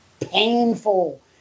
painful